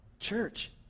church